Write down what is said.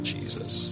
Jesus